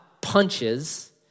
punches